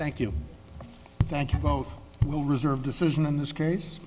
thank you thank you both will reserve decision in this case